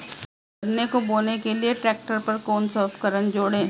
गन्ने को बोने के लिये ट्रैक्टर पर कौन सा उपकरण जोड़ें?